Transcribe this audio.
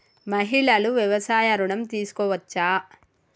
మహిళలు వ్యవసాయ ఋణం తీసుకోవచ్చా?